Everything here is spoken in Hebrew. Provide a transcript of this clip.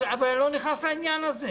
אבל אני לא נכנס לעניין הזה.